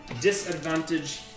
Disadvantage